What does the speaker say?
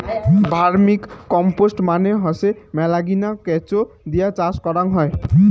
vermicompost মানে হসে মেলাগিলা কেঁচো দিয়ে চাষ করাং হই